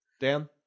Dan